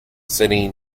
city